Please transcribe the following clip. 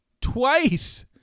twice